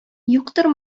юктыр